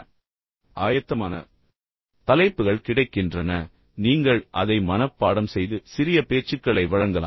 எனவே ஆயத்தமான தலைப்புகள் கிடைக்கின்றன எனவே நீங்கள் அதை மனப்பாடம் செய்து பின்னர் சிறிய பேச்சுக்களை வழங்கலாம்